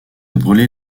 brûler